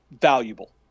valuable